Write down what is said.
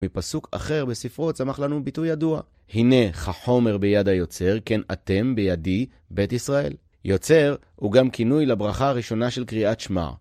מפסוק אחר בספרו צמח לנו ביטוי ידוע. הנה כחומר ביד היוצר, כן אתם בידי בית ישראל. יוצר הוא גם כינוי לברכה הראשונה של קריאת שמע.